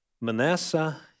Manasseh